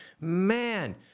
Man